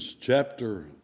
chapter